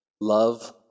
Love